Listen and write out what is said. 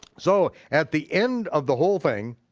so at the end of the whole thing,